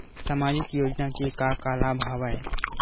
सामाजिक योजना के का का लाभ हवय?